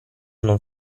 non